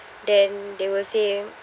then they will say